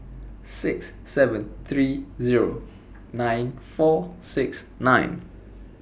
six seven three Zero nine four six nine